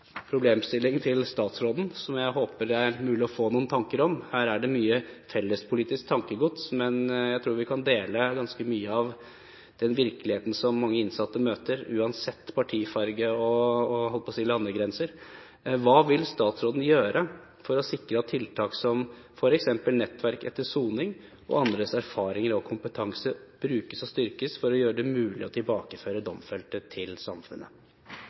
til den litt åpne problemstillingen til statsråden, som jeg håper det er mulig å få noen tanker om – her er det mye fellespolitisk tankegods, men jeg tror vi kan dele ganske mye av den virkeligheten som mange innsatte møter uansett partifarge og landegrenser: Hva vil statsråden gjøre for å sikre at tiltak som f.eks. Nettverk etter soning og andres erfaringer og kompetanse brukes og styrkes for å gjøre det mulig å tilbakeføre domfelte til samfunnet?